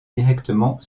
directement